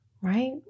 right